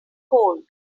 cold